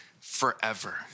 forever